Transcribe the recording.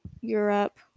Europe